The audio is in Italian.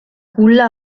culla